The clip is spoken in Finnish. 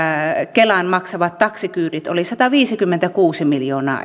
kelan maksamat taksikyydit olivat sataviisikymmentäkuusi miljoonaa